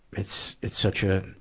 it's, it's such a,